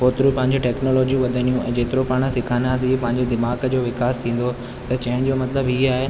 ओतिरियूं पंहिंजी टेक्नोलॉजी वधंदियूं ऐं जेतिरो पाण सिखंदासीं पंहिंजे दिमाग़ जो विकास थींदो त चइण जो मतिलबु इहो आहे